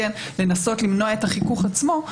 לנסות למנוע את החיכוך עצמו,